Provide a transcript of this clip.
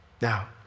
Now